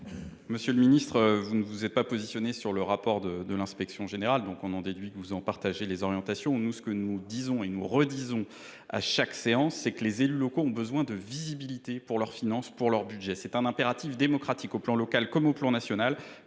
Monsieur le ministre, vous n’avez pas pris position sur le rapport de l’inspection générale des finances : j’en déduis que vous en partagez les orientations. Nous le disons et redisons à chaque séance : les élus locaux ont besoin de visibilité pour leurs finances et pour leur budget. C’est un impératif démocratique, au niveau local comme au niveau national.